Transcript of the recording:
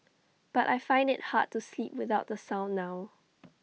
but I find IT hard to sleep without the sound now